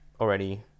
already